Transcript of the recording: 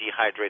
dehydrate